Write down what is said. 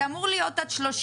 גם כדי להגן על הציבור,